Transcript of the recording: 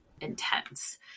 intense